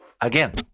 again